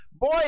Boy